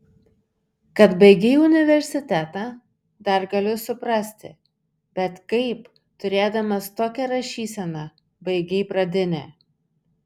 kad baigei universitetą dar galiu suprasti bet kaip turėdamas tokią rašyseną baigei pradinę